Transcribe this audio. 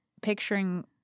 picturing